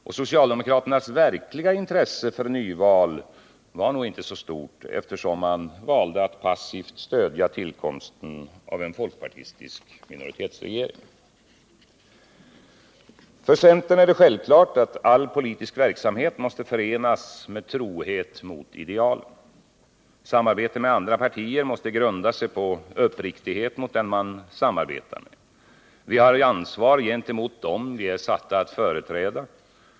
Och socialdemokraternas verkliga intresse för ett nyval var nog inte så stort, eftersom man valde att passivt stödja tillkomsten av en folkpartistisk minoritetsregering. För centern är det självklart att all politisk verksamhet måste förenas med trohet mot idealen. Samarbete med andra partier måste grunda sig på uppriktighet mot den man samarbetar med. Vi har ansvar gentemot dem vi är satta att företräda.